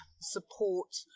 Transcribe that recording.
support